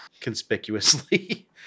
Conspicuously